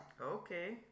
Okay